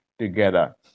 together